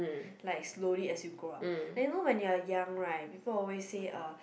like slowly as you grow up then you know when you are young right people always say uh